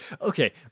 Okay